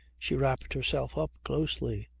she wrapped herself up closely.